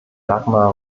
dagmar